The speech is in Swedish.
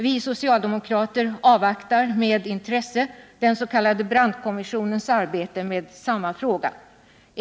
Vi socialdemokrater avvaktar med intresse den s.k. Brandtkommissionens arbete med samma fråga.